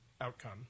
outcome